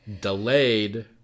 delayed